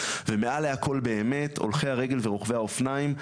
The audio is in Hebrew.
ומעל להכל באמת הולכי הרגל ורוכבי האופניים,